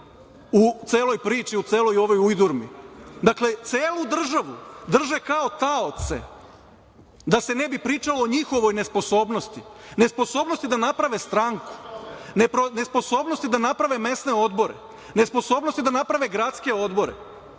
u celoj priči, u celoj ovoj ujdurmi. Dakle, celu državu drže kao taoce da se ne bi pričalo o njihovoj nesposobnosti, nesposobnosti da naprave stranku, nesposobnosti da naprave mesne odbore, nesposobnosti da naprave gradske odobre,